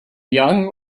young